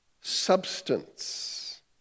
substance